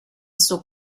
suo